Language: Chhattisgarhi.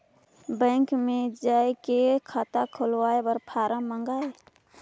बैंक मे जाय के खाता खोले बर फारम मंगाय?